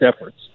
efforts